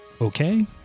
okay